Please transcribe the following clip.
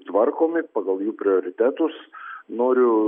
tvarkomi pagal jų prioritetus noriu